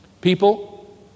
People